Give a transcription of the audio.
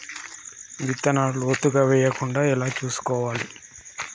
విత్తనాలు లోతుగా వెయ్యకుండా ఎలా చూసుకోవాలి?